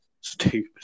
stupid